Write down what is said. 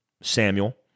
Samuel